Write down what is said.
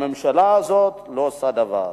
הממשלה הזאת לא עושה דבר.